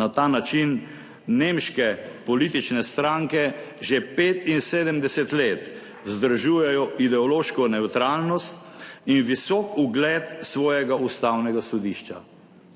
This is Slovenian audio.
Na ta način nemške politične stranke že 75 let vzdržujejo ideološko nevtralnost in visok ugled svojega Ustavnega sodišča.